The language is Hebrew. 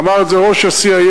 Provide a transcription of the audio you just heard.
אמר את זה ראש ה-CIA,